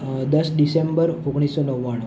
અ દસ ડિસેમ્બર ઓગણીસસો નવ્વાણું